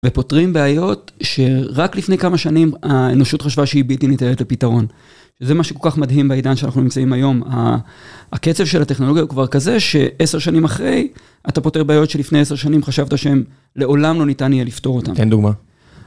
ופותרים בעיות שרק לפני כמה שנים האנושות חשבה שהיא בלתי ניתנת לפתרון. זה מה שכל כך מדהים בעידן שאנחנו נמצאים היום. הקצב של הטכנולוגיה הוא כבר כזה שעשר שנים אחרי, אתה פותר בעיות שלפני עשר שנים חשבת שהם לעולם לא ניתן יהיה לפתור אותם. תן דוגמה.